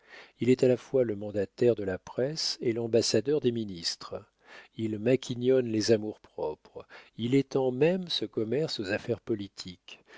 il est à la fois le mandataire de la presse et l'ambassadeur des ministres il maquignonne les amours-propres il étend même ce commerce aux affaires politiques